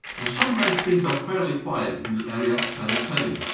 and sometimes things are fairly quiet in the area of standard setting.